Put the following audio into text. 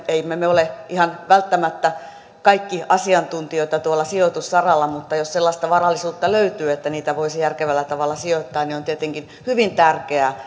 emme me me ole välttämättä kaikki asiantuntijoita sijoitussaralla mutta jos sellaista varallisuutta löytyy että sitä voisi järkevällä tavalla sijoittaa niin on tietenkin hyvin